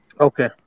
Okay